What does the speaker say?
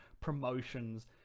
promotions